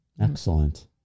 Excellent